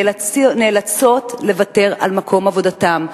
נאלצים לוותר על מקום עבודתם.